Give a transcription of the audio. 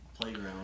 playground